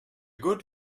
good